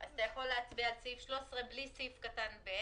לא התקבלה.